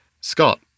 Scott